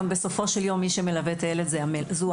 בסופו של יום מי שמלווה את הילד זו המלווה.